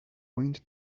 wind